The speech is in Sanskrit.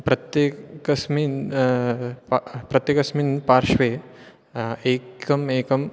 प्रत्येकस्मिन् वा प्रत्येकस्मिन् पार्श्वे एकम् एकं